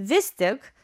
vis tik